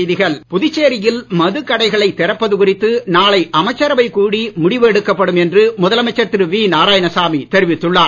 நாராயணசாமி புதுச்சேரியில் மதுக்கடைகளை திறப்பது குறித்து நாளை அமைச்சரவை கூடி முடிவெடுக்கப்படும் என்று முதலமைச்சர் திரு வி நாராயணசாமி தெரிவித்துள்ளார்